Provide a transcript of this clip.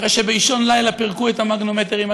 אחרי שבאישון לילה פירקו את המגנומטרים,